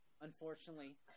unfortunately